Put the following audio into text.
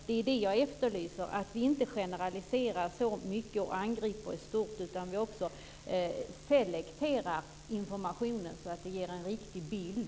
Det är det jag efterlyser, att vi inte generaliserar så mycket och angriper i stort, utan att vi också selekterar informationen så att den ger en riktig bild.